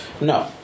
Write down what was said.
No